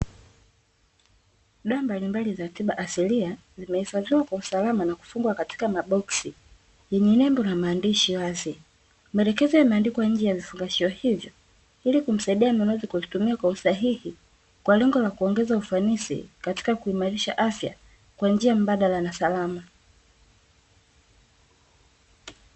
Dawa mbalimbali za tiba asilia zimehifadhiwa kwa usalama na kufungwa katika maboksi yenye nembo na maandishi wazi, maelekezo yameandikwa nje ya vifungashio hivyo ili kumsaidia mnunuzi kuzitumia kwa usahihi kwa lengo la kuongeza ufanisi katika kuimarisha afya kwa njia mbadala na salama.